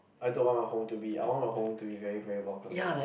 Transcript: I don't want my home to be I want my home to be very very welcoming